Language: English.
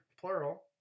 plural